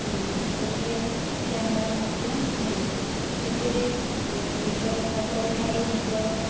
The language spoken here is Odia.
ଗୋଟିଏ କ୍ୟାମେରା ମଧ୍ୟ କିଣିଲି ସେଥିରେ ନିଜର ଫଟୋ ଉଠାଇ ନିଜର